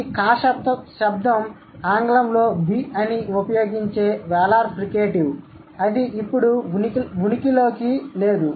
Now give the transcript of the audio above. ఈ ఖా శబ్దం ఆంగ్లంలో బి అని ఉపయోగించే వేలార్ ఫ్రికేటివ్ అది ఇప్పుడు ఉనికిలో లేదు